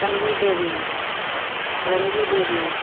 Sanju Devi Ranju Devi